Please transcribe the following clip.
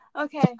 Okay